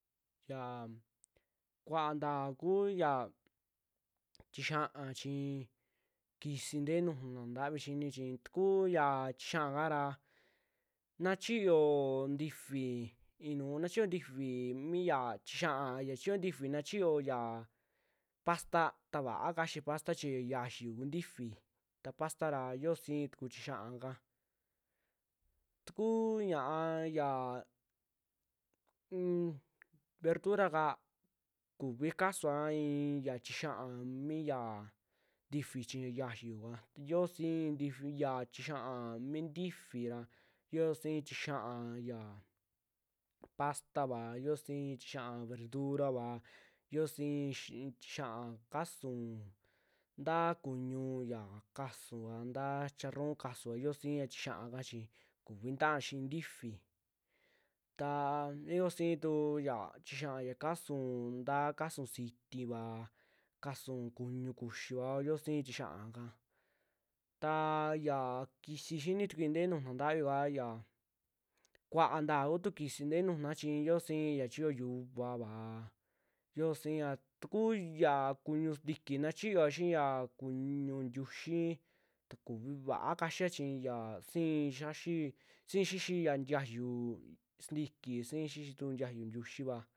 Yaa kuaa nta'a kuu yaa tixii'a chii kisii ntee nuju naa ntavii yoo xiini, chi takuu ya tixii'a kara na chiiyo ntifi, i'i nuu na chiiyo ntifi mi yaa tixii'a, yaa chi'iyo ntifi na chiiyo pasta ta va'á kaxii pasta chii yaa yiaayu kuu ntifi, taa pasta ra xio si'ii tuku tixii'a aka, tukuu ña'a yaa unm verduraka kuivii kasua i'i yaa tixii'a mi yaa ntifi chi ya yiaayuva, ta yoo sii nti- fi ya tixii'a mii ntifi ra, yo'o sii tixii'a yaa pastavaa, yo'o sii tixii'a verdurava, yio'o sii tixii'a kasuu nta kuñu ya kasuua ntaa charron kasuu xioo siaa tixii'aka chi kuvi tiaa xii ntifi, taa yo'o sii tuya tixii'a ya kasuu, ntaa kasu sitiiva kasuu kuñu kuxiao yo'o si'i tixii'a ka, ta yaa kisi'i xinitukui ntee nuju naa ntavi vua ya, kuaanta kutu kisi ntee nujuna chi yoo sii ya chiiyo yuvaava, yo'o siia tuku ya kuñu sintiki na xiyoa xi'i ya kuñu ntiuxii ta kuvi va'a kaxia chi yaa si'i xiaxi, sii xixi ya ntaayu sintiki si'i xixi tuu ntiayu ntuxiiva.